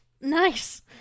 Nice